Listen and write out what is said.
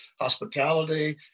hospitality